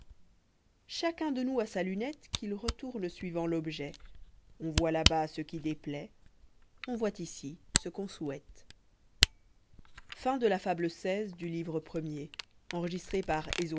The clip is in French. chacun de nous a sa lunette qu'il retourne suivant l'objet on voit là bas ce qui déplaît on voit ici ce qu'on souhaite